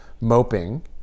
moping